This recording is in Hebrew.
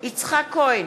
יצחק כהן,